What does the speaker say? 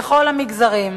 בכל המגזרים,